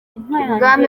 ibwami